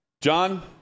John